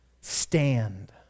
Stand